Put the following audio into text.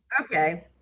okay